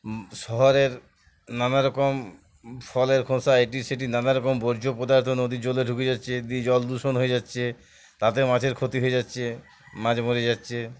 শহরের নানারকম ফলের খোসা এটি সেটি নানারকম বর্জ্য পদার্থ নদীর জলে ঢুকে যাচ্ছে দিয়ে জল দূষণ হয়ে যাচ্ছে তাতে মাছের ক্ষতি হয়ে যাচ্ছে মাছ মরে যাচ্ছে